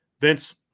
Vince